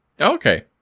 Okay